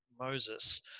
moses